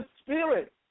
Spirit